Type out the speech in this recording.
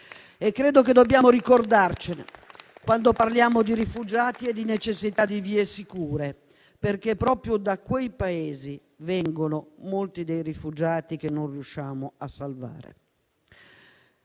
Credo che dobbiamo ricordarcene, quando parliamo di rifugiati e di necessità di vie sicure, perché proprio da quei Paesi vengono molti dei rifugiati che non riusciamo a salvare.